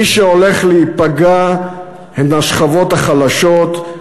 מי שהולך להיפגע זה השכבות החלשות,